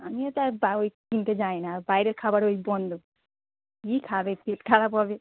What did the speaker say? আমিও তো আর বাইরে কিনতে যাই না বাইরের খাবার ওই বন্ধ কী খাবে পেট খারাপ হবে